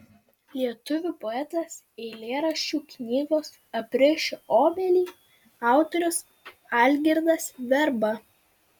lietuvių poetas eilėraščių knygos aprišiu obelį autorius algirdas verba